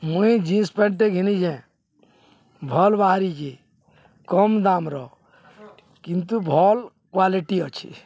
ମୁଇଁ ଜିନ୍ସ ପ୍ୟାଣ୍ଟଟେ ଘିନିଛେ ଭଲ୍ ବାହାରିଛେ କମ୍ ଦାମର କିନ୍ତୁ ଭଲ୍ କ୍ୱାଲିଟି ଅଛି